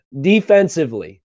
Defensively